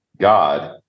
god